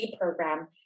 program